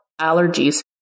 allergies